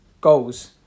goals